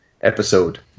episode